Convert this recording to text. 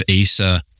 Asa